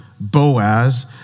Boaz